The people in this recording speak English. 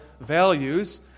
values